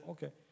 Okay